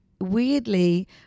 weirdly